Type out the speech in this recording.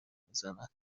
میزند